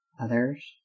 others